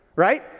right